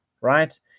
right